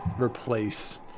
replace